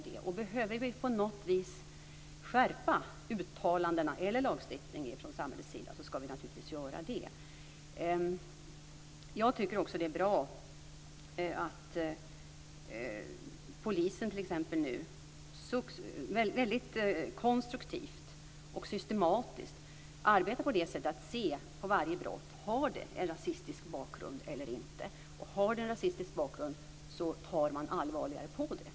Om vi från samhällets sida på något vis behöver skärpa uttalandena eller lagstiftningen ska vi naturligtvis göra det. Jag tycker också att det är bra att polisen nu väldigt konstruktivt och systematiskt arbetar på det sättet att man ser på varje brott om det har rasistisk bakgrund eller inte. Om det har rasistisk bakgrund tar man allvarligare på det.